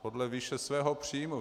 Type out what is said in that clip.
Podle výše svého příjmu.